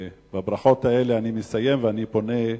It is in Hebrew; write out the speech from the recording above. בברכות האלה אני מסיים ואני פונה לשאילתא.